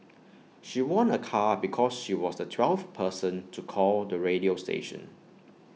she won A car because she was the twelfth person to call the radio station